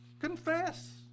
Confess